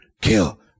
kill